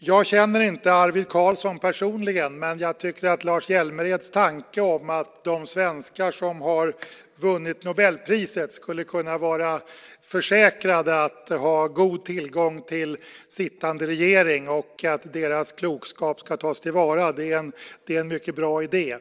Jag känner inte Arvid Carlsson personligen, men jag tycker att Lars Hjälmereds tanke om att de svenskar som har vunnit Nobelpriset skulle kunna vara försäkrade att ha god tillgång till sittande regering och att deras klokskap ska tas till vara är en mycket bra idé.